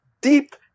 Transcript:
deep